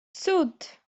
cud